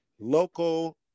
local